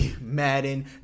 Madden